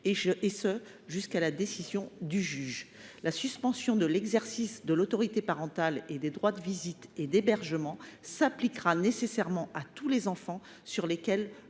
et ce jusqu’à la décision du juge. La suspension de l’exercice de l’autorité parentale et des droits de visite et d’hébergement s’appliquera nécessairement à tous les enfants sur lesquels